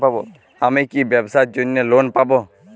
আমি কি ব্যবসার জন্য লোন পাব?